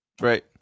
Right